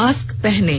mask पहनें